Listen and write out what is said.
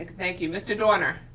like thank you, mr. doerner?